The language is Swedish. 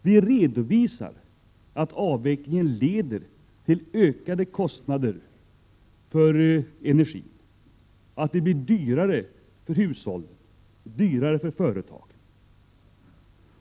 Vi redovisar att avvecklingen leder till ökade kostnader för energi, att det blir dyrare för hushållen och dyrare för företagen.